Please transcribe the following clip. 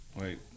Wait